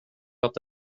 att